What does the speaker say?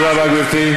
תודה רבה, גברתי.